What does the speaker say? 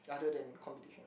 other than competition